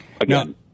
again